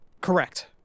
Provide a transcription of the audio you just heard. Correct